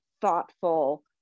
thoughtful